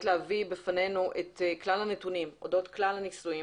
להביא בפנינו את כלל הנתונים אודות כלל הניסויים